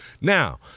Now